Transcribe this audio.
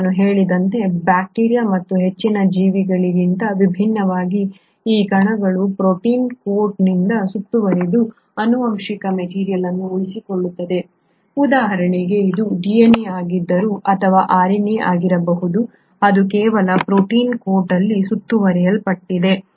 ಮತ್ತು ನಾನು ಹೇಳಿದಂತೆ ಬ್ಯಾಕ್ಟೀರಿಯಾ ಮತ್ತು ಹೆಚ್ಚಿನ ಜೀವಿಗಳಿಗಿಂತ ಭಿನ್ನವಾಗಿ ಈ ಕಣಗಳು ಪ್ರೋಟೀನ್ ಕೋಟ್ನಿಂದ ಸುತ್ತುವರಿದ ಆನುವಂಶಿಕ ಮೆಟೀರಿಯಲ್ ಅನ್ನು ಉಳಿಸಿಕೊಳ್ಳುತ್ತವೆ ಉದಾಹರಣೆಗೆ ಇದು DNA ಆಗಿದ್ದರೆ ಅಥವಾ RNA ಆಗಿರಬಹುದು ಅದು ಕೇವಲ ಪ್ರೋಟೀನ್ ಕೋಟ್ ಅಲ್ಲಿ ಸುತ್ತುವರಿಯಲ್ಪಟ್ಟಿದೆ